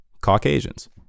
Caucasians